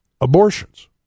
abortions